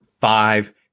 five